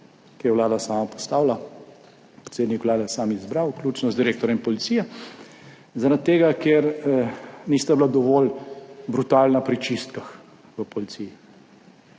jo je Vlada sama postavila, predsednik Vlade sam izbral, vključno z direktorjem policije, zaradi tega, ker nista bila dovolj brutalna pri čistkah v policiji,